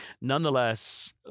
Nonetheless